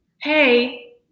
hey